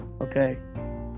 okay